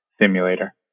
simulator